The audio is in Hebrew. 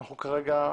כרגע,